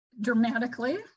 dramatically